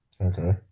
Okay